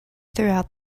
throughout